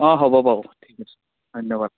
অ হ'ব বাৰু ঠিক আছে ধন্যবাদ